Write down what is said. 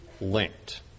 linked